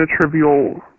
trivial